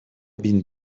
been